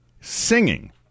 singing